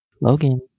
Logan